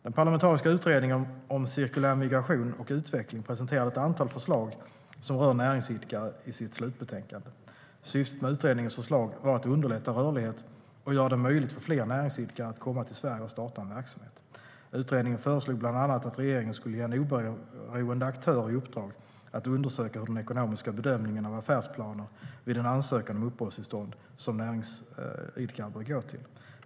Den parlamentariska utredningen om cirkulär migration och utveckling presenterade i sitt slutbetänkande ett antal förslag som rör näringsidkare. Syftet med utredningens förslag var att underlätta rörlighet och göra det möjligt för fler näringsidkare att komma till Sverige och starta en verksamhet. Utredningen föreslog bland annat att regeringen skulle ge en oberoende aktör i uppdrag att undersöka hur den ekonomiska bedömningen av affärsplaner bör gå till vid en ansökan om uppehållstillstånd som näringsidkare.